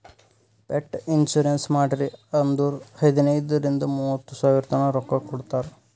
pet insurance ಮಾಡ್ರಿ ಅಂದುರ್ ಹದನೈದ್ ರಿಂದ ಮೂವತ್ತ ಸಾವಿರತನಾ ರೊಕ್ಕಾ ಕೊಡ್ತಾರ್